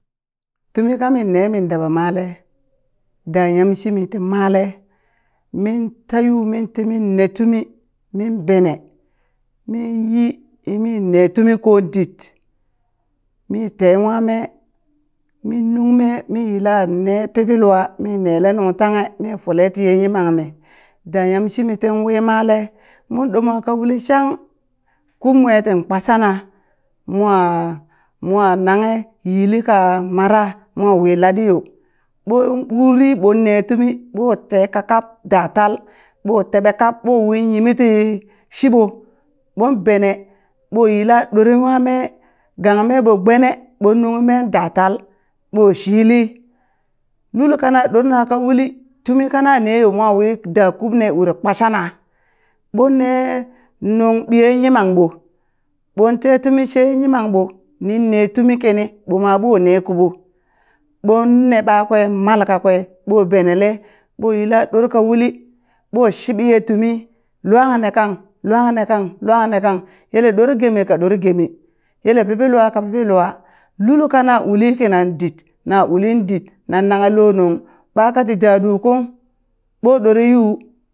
Tumi kan minne min daɓa male da nyamshimi ti male minta yu mintimin ne tumi min bene minyiyimi ne tumi kon dit mi te nwame min nung me mi yila ne pibɓi lua mi nele nungtanghe mi fole ti yimammi da yamshimi tin wii male mon ɗomwa ka ui shang kub mwe tin kpashana mwa mwa nanghe yili ka mara mo wi latɗi yo, ɓon uri ɓonne tumi ɓo te ka kap da tal ɓo teɓe kap ɓo wi yimi ti shiɓo ɓon ɓene ɓo yila ɗore nwame gang me ɓo gbene ɓon nunghi men da tal ɓo shili lul kana ɗorna ka uli tumi kana neyo mowi da kubne uri kpashana ɓonne nung ɓiye yimamɓo ɓon te tumi sheye yimamɓo nin ne tumi kini ɓoma ɓo ne kuɓo ɓon ne ɓakwe mal kakwe ɓo benele ɓo yilla ɗorka uli ɓo shiɓi ye tumi luang ne kang luang ne kang luang ne kang yele ɗor geme ka ɗor geme yele piɓi lua ka piɓi lua lul kana uli kinan dit na ulin dit nan nanghe lo nung ɓaka ti daɗu kung ɓo ɗore yu.